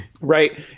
right